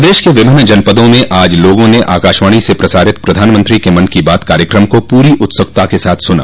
प्रदेश के विभिन्न जनपदों में आज लोगों ने आकाशवाणी से प्रसारित प्रधानमंत्री के मन की बात कार्यकम को प्री उत्सुकता के साथ सुना